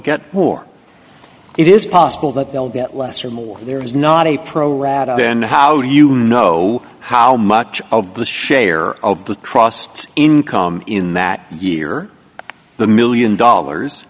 get more it is possible that they'll get less or more there is not a pro rata then how do you know how much of the share of the trust income in that year the million dollars